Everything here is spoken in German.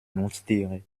nutztiere